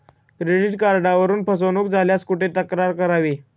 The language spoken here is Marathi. क्रेडिट कार्डवरून फसवणूक झाल्यास कुठे तक्रार करावी?